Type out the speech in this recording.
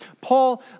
Paul